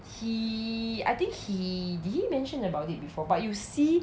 he~ I think he did he mentioned about it before but you see